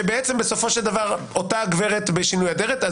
שבעצם בסופו של דבר אותה הגברת בשינוי אדרת.